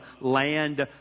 land